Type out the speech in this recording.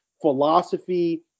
philosophy